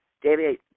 David